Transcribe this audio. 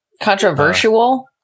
Controversial